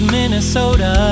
Minnesota